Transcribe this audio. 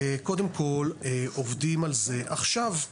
קודם כל, עובדים על זה עכשיו.